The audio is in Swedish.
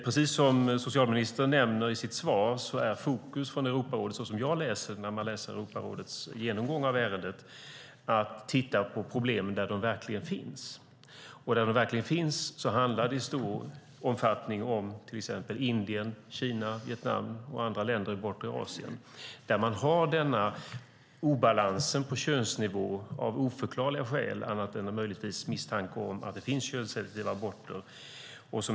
Precis som socialministern nämner i sitt svar är fokus från Europarådet, såsom jag läser det i deras genomgång av ärendet, att man ska titta på problemen där de verkligen finns. Där de verkligen finns handlar i stor omfattning om till exempel Indien, Kina, Vietnam och andra länder i bortre Asien där man har denna obalans på könsnivå av oförklarliga skäl, annat än möjligtvis misstanke om att det finns könsselektiva aborter.